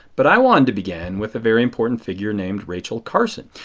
but i wanted to begin with a very important figure named rachel carson.